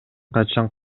качан